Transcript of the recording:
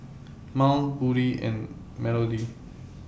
Mont Buddy and Melodee